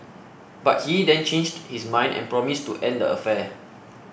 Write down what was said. but he then changed his mind and promised to end the affair